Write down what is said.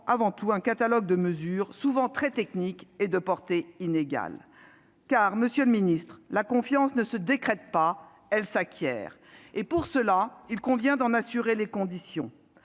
avant tout un catalogue de mesures souvent très techniques et de portée inégale. En effet, monsieur le garde des sceaux, la confiance ne se décrète pas : elle s'acquiert ! Et pour ce faire, il convient d'en assurer les conditions,